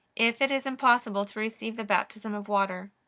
if it is impossible to receive the baptism of water.